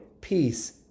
peace